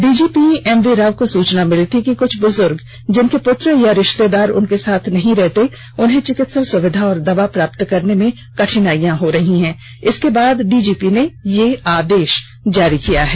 DGP M V Rao को सूचना मिली थी कि कुछ बुजुर्ग जिनके पुत्र या रिश्तेदार उनके साथ नहीं रहते हैं उन्हें चिकित्सा सुविधा और दवा प्राप्त करने में कठिनाइयां हो रही हैं इसके बाद डीजीपी ने यह आदेश जारी किया है